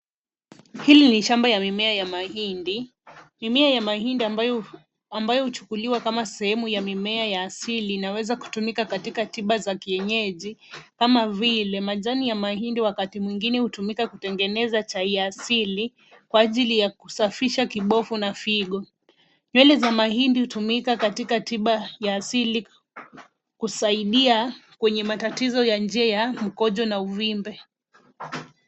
Hili ni shamba la mimea ya mahindi. Mimea ya mahindi ambayo huchukuliwa kama sehemu ya mimea ya asili inaweza kutumika katika tiba za kienyeji kama vile majani ya mahindi wakati mwingine hutumika kutengeneza chai ya asili kwa ajili ya kusafisha kibofu na figo. Nywele za mahindi hutumika katika tiba ya asili kusaidia kwenye matatizo ya njia ya mkojo na uvimbe.